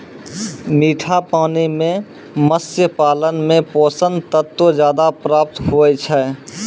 मीठा पानी मे मत्स्य पालन मे पोषक तत्व ज्यादा प्राप्त हुवै छै